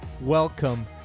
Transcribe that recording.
Welcome